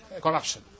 corruption